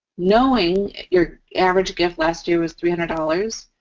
knowing your average gift last year was three hundred dollars,